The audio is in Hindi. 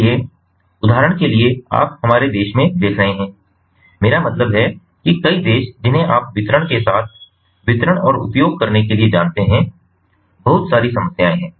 इसलिए उदाहरण के लिए आप हमारे देश में देख रहे हैं मेरा मतलब है कि कई देश जिन्हें आप वितरण के साथ वितरण और उपयोग करने के लिए जानते हैं बहुत सारी समस्याएं हैं